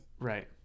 Right